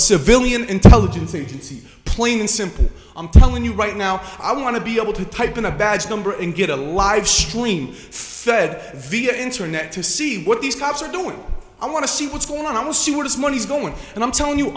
civilian intelligence agency plain and simple i'm telling you right now i want to be able to type in a badge number and get a live stream fed via internet to see what these cops are doing i want to see what's going on i will see what is money's going and i'm telling you